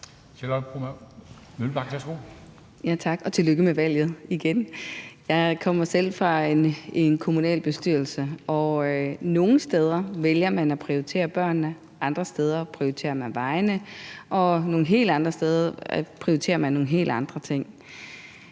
Tak. Og tillykke med valget igen. Jeg kommer selv fra en kommunalbestyrelse. Nogle steder vælger man at prioritere børnene, andre steder prioriterer man vejene, og nogle helt andre steder prioriterer man nogle helt andre ting.